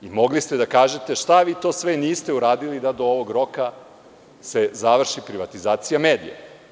Mogli ste da kažete šta vi to sve niste uradili da do ovog roka se završi privatizacija medija.